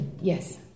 Yes